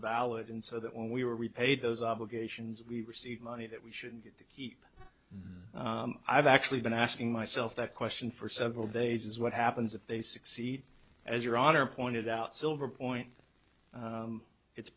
valid in so that when we were repaid those obligations we received money that we should keep them i've actually been asking myself that question for several days what happens if they succeed as your honor pointed out silver point it's